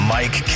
Mike